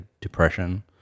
depression